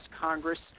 Congress